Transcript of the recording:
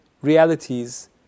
realities